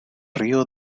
río